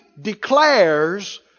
declares